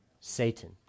Satan